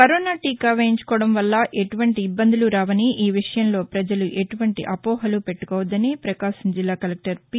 corona టీకా వేయించుకోవడం వల్ల ఎటువంటి ఇబ్బందులు రావని ఈ విషయంలో ప్రజలు ఎటువంటి ఆపోహలు పెట్టుకోవద్దని ప్రకాశం జిల్లా కలెక్టర్ పి